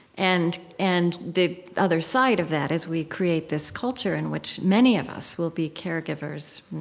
and and the other side of that is, we create this culture in which many of us will be caregivers,